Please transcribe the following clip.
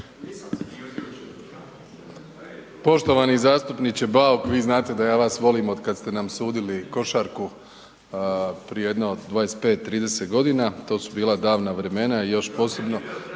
Poštovani zastupniče Bauk, vi znate da ja vas volim otkad ste nam sudili košarku prije jedno 25, 30 g., to su bila davna vremena, još posebno,